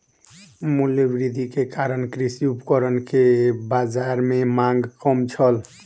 मूल्य वृद्धि के कारण कृषि उपकरण के बाजार में मांग कम छल